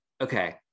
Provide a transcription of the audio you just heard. okay